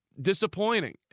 disappointing